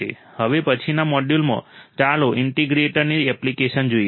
હવે પછીના મોડ્યુલમાં ચાલો ઇન્ટિગ્રેટરની એપ્લિકેશન જોઈએ